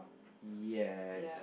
yes